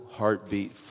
heartbeat